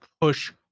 push